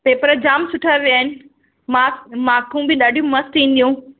paper जाम सुठा विया आहिनि मार्क मार्कूं बि ॾाढी मस्तु ईंदियूं